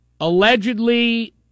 allegedly